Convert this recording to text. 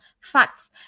facts